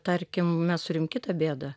tarkim mes urim kitą bėdą